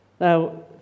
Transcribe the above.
Now